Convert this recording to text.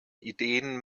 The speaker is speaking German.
ideen